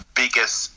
biggest